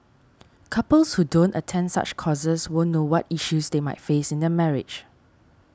couples who don't attend such courses won't know what issues they might face in their marriage